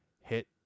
hit